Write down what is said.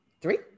three